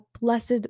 blessed